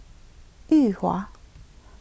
Yuhua